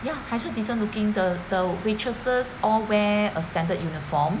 ya 还是 decent looking the the waitresses all wear a standard uniform